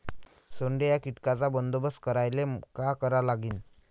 सोंडे या कीटकांचा बंदोबस्त करायले का करावं लागीन?